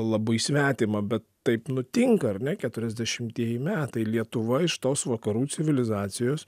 labai svetimą bet taip nutinka ar ne keturiasdešimtieji metai lietuva iš tos vakarų civilizacijos